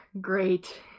great